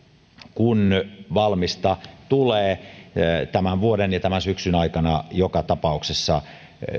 kun valmista tulee tämän vuoden ja tämän syksyn aikana joka tapauksessa